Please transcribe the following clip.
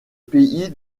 pays